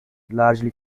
largely